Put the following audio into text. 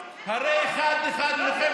אחד-אחד,